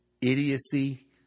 idiocy